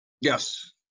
Yes